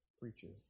preaches